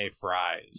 fries